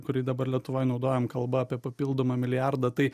kurį dabar lietuvoj naudojam kalba apie papildomą milijardą tai